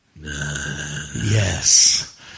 Yes